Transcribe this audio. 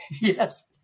Yes